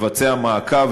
מבצע מעקב,